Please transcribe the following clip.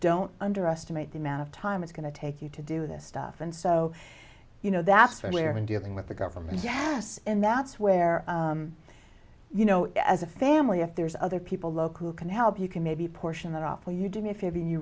don't underestimate the amount of time it's going to take you to do this stuff and so you know that's really when dealing with the government yes and that's where you know as a family if there's other people local who can help you can maybe portion that off will you do me